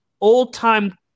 old-time